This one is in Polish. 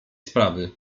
sprawy